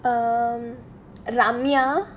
um ramya